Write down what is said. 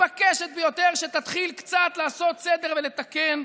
המתבקשת ביותר, שתתחיל קצת לעשות סדר ולתקן,